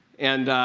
and